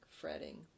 fretting